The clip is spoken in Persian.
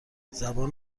زبان